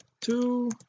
two